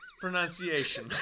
Pronunciation